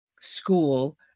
school